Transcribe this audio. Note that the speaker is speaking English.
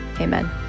amen